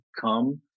come